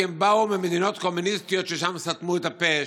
כי הם באו ממדינות קומוניסטיות ששם סתמו את הפה,